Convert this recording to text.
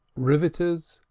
riveters,